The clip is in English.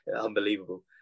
unbelievable